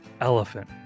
elephant